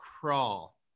crawl